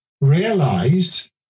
realized